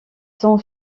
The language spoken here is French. sont